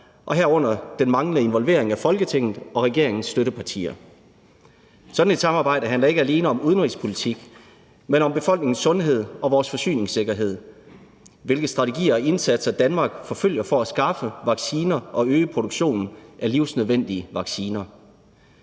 herunder den manglende involvering af Folketinget og regeringens støttepartier. Sådan et samarbejde handler ikke alene om udenrigspolitik, men om befolkningens sundhed og vores forsyningssikkerhed, altså hvilke strategier og indsatser Danmark forfølger for at skaffe vacciner og øge produktionen af livsnødvendige vacciner.